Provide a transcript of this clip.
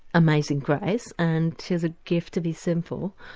amazing grace and tis a gift to be simple.